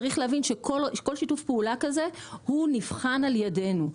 צריך להבין שכל שיתוף פעולה כזה הוא נבחן על ידינו,